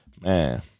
man